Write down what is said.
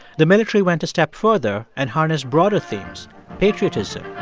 the minatory went a step further and harnessed broader themes patriotism,